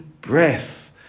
breath